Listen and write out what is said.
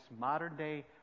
modern-day